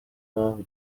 mpamvu